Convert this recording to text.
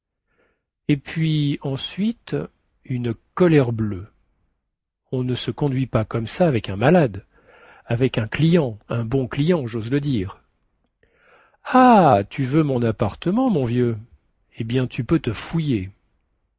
et puis ensuite une colère bleue on ne se conduit pas comme ça avec un malade avec un client un bon client jose le dire ah tu veux mon appartement mon vieux eh bien tu peux te fouiller